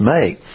make